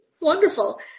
Wonderful